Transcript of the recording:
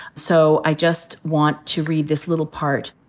so i just want to read this little part.